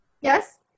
yes